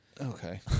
Okay